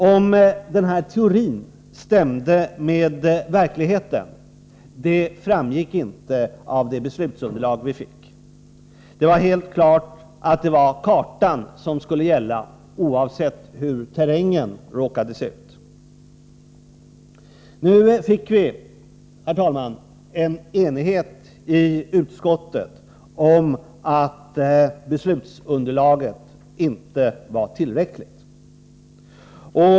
Om den här teorin stämde med verkligheten, framgick inte av det beslutsunderlag vi fick. Det var helt klart att det var kartan som skulle gälla, oavsett hur terrängen råkade se ut. Nu fick vi, herr talman, enighet i utskottet om att beslutsunderlaget inte var tillräckligt.